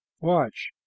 Watch